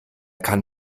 kann